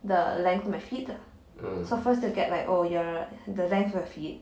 the length my feet so first they'll get like oh you're the length of your feet